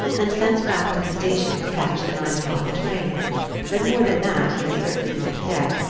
and sent back to the station to catch the nine o'clock train but more than that he would certainly not get,